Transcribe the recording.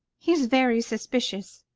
he's very suspicious.